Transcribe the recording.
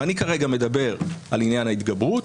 ואני כרגע מדבר על עניין ההתגברות,